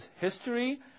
history